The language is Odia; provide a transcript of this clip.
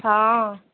ହଁ